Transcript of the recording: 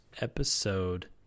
episode